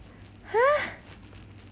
!huh!